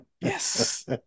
Yes